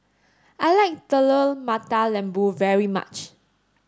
I like Telur Mata Lembu very much